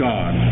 God